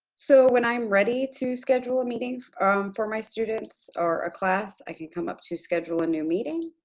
so, when i'm ready to schedule a meeting for my students, or a class, i can come up to schedule a new meeting.